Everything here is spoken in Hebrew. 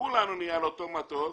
כולנו נהיה על אותו מטוס